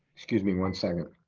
excuse me, one second.